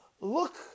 Look